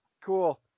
cool